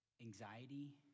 anxiety